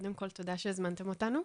קודם כל תודה שהזמנתם אותנו,